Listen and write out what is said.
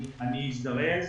אני אזדרז.